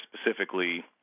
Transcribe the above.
specifically